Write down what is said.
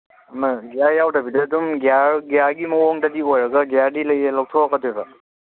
ꯑꯃ ꯒ꯭ꯌꯥꯔ ꯌꯥꯎꯗꯕꯤꯗ ꯑꯗꯨꯝ ꯒ꯭ꯌꯥꯔ ꯒ꯭ꯌꯥꯔꯒꯤ ꯃꯑꯣꯡꯗꯗꯤ ꯑꯣꯏꯔꯒ ꯒ꯭ꯌꯥꯔꯗꯤ ꯂꯧꯊꯣꯛꯀꯗꯣꯏꯕ